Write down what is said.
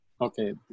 Okay